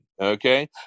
Okay